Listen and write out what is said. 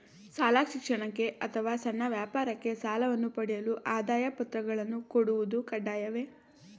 ಶಾಲಾ ಶಿಕ್ಷಣಕ್ಕೆ ಅಥವಾ ಸಣ್ಣ ವ್ಯಾಪಾರಕ್ಕೆ ಸಾಲವನ್ನು ಪಡೆಯಲು ಆದಾಯ ಪತ್ರಗಳನ್ನು ಕೊಡುವುದು ಕಡ್ಡಾಯವೇ?